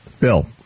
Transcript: Bill